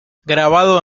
grabado